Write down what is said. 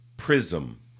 prism